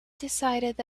decided